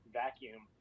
vacuum